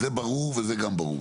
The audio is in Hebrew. זה ברור וזה גם ברור,